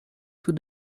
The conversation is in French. tout